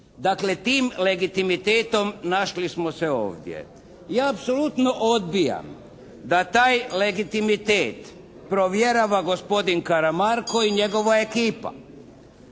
Dakle tim legitimitetom našli smo se ovdje. Ja apsolutno odbijam da taj legitimitet provjerava gospodin Karamarko i njegova ekipa.